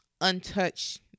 untouched